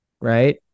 right